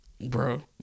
Bro